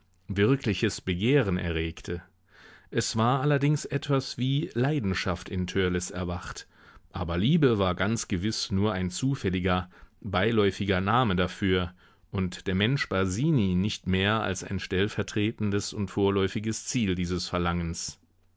wirkliches begehren erregte es war allerdings etwas wie leidenschaft in törleß erwacht aber liebe war ganz gewiß nur ein zufälliger beiläufiger name dafür und der mensch basini nicht mehr als ein stellvertretendes und vorläufiges ziel dieses verlangens